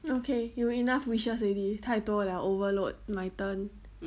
okay you enough wishes already 太多 liao overload my turn